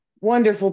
wonderful